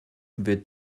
wird